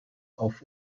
auf